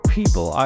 people